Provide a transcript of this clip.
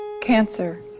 Cancer